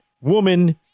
woman